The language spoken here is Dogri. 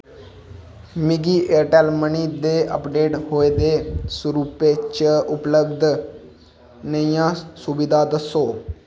मिगी एयरटैल्ल मनी दे अपडेट होए दे सरूपै च उपलब्ध नेइयां सुबधां दस्सो